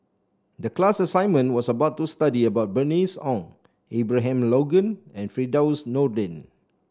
the class assignment was about to study about Bernice Ong Abraham Logan and Firdaus Nordin